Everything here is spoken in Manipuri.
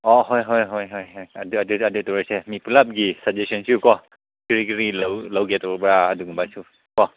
ꯑꯣ ꯍꯣꯏ ꯍꯣꯏ ꯍꯣꯏ ꯍꯣꯏ ꯑꯗꯨ ꯇꯧꯔꯁꯦ ꯃꯤ ꯄꯨꯂꯞꯒꯤ ꯁꯖꯦꯁꯟꯁꯨꯀꯣ ꯀꯔꯤ ꯀꯔꯤ ꯂꯧꯒꯦ ꯇꯧꯕ꯭ꯔꯥ ꯑꯗꯨꯒꯨꯝꯕꯁꯨꯀꯣ